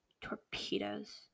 Torpedoes